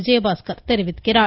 விஜயபாஸ்கர் தெரிவிக்கிறார்